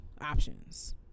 options